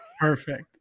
Perfect